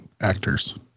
actors